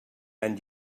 end